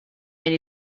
and